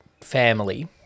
family